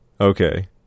Okay